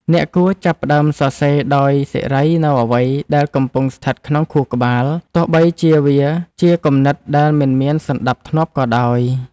អ្នកគួរចាប់ផ្ដើមសរសេរដោយសេរីនូវអ្វីដែលកំពុងស្ថិតក្នុងខួរក្បាល ទោះបីជាវាជាគំនិតដែលមិនមានសណ្ដាប់ធ្នាប់ក៏ដោយ។